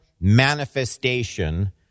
manifestation